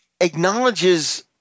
acknowledges